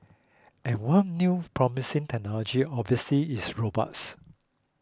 and one new promising technology obviously is robots